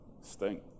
Stink